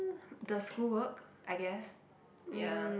the school work I guess ya